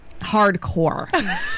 hardcore